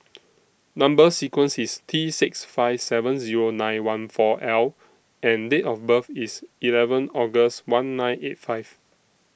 Number sequence IS T six five seven Zero nine one four L and Date of birth IS eleven August one nine eight five